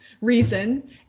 reason